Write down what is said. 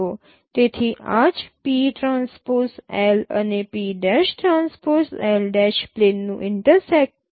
તેથી આ જ અને પ્લેનનું ઇન્ટરસેક્શન છે